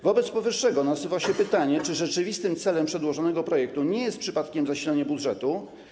Wobec powyższego nasuwa się pytanie, czy rzeczywistym celem przedłożonego projektu nie jest przypadkiem zasilanie budżetu.